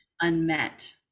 unmet